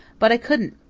but i couldn't.